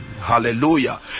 hallelujah